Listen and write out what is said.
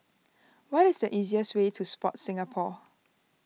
what is the easiest way to Sport Singapore